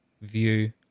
view